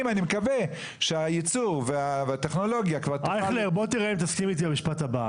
אותה לאוויר, והיא בעצם תייצר חוויה אחידה.